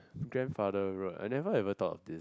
grandfather road I never ever thought this